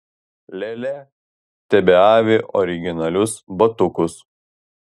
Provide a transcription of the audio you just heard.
lėlė tebeavi originalius batukus